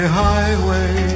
highway